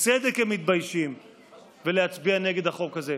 בצדק הם מתביישים להצביע נגד החוק הזה.